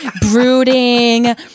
brooding